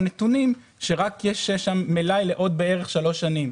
הנתונים שיש שם מלאי לעוד בערך שלוש שנים.